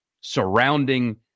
surrounding